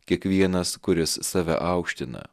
kiekvienas kuris save aukština